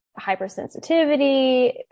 hypersensitivity